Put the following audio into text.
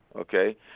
okay